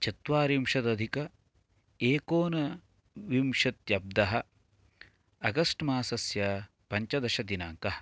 चत्वारिंशतधिक एकोनविंशत्यब्दः अगस्ट् मासस्य पञ्चदशदिनाङ्कः